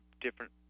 different